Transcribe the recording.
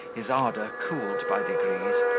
his ardour cooled by degrees,